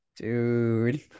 Dude